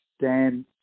Dan